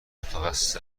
متخصص